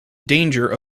danger